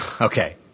okay